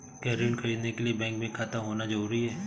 क्या ऋण ख़रीदने के लिए बैंक में खाता होना जरूरी है?